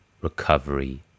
recovery